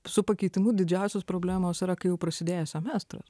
su pakeitimu didžiausios problemos yra kai jau prasidėjęs semestras